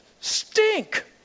stink